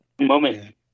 Moment